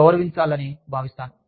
గౌరవించాలని భావిస్తాను